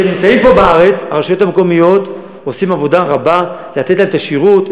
הרשויות המקומיות עושות עבודה רבה ונותנות להם את השירות,